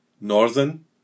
northern